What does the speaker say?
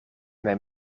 mijn